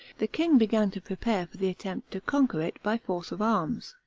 the king began to prepare for the attempt to conquer it by force of arms.